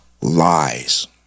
lies